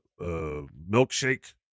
milkshake